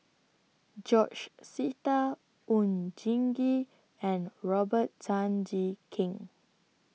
George Sita Oon Jin Gee and Robert Tan Jee Keng